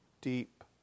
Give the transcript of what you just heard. deep